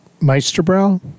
Meisterbrow